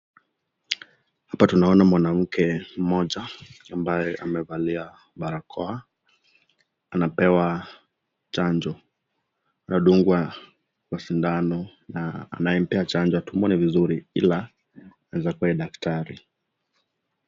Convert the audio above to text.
Hapa tunaona mwanamke mmoja ambaye amevalia barakoa anapewa chanjo. Anadungwa sindano na anayempea chanjo hatumuoni vizuri ila inaweza kuwa ni daktari.